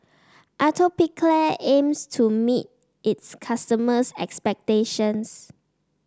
atopiclair aims to meet its customers' expectations